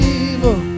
evil